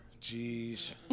Jeez